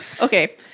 Okay